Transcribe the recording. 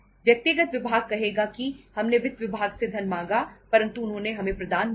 व्यक्तिगत विभाग कहेगा कि हमने वित्त विभाग से धन मांगा परंतु उन्होंने हमें प्रदान नहीं किया